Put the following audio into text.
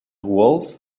walsh